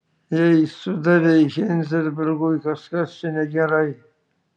jei sudavei heizenbergui kažkas čia negerai